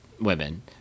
women